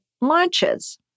launches